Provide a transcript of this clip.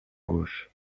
gauche